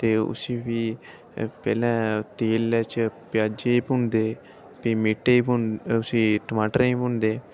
ते उसी भी पैह्लें तेलै च प्याजै च भुनदे ते मीटै ई भुनदे उसी टमाटरै च भुनदे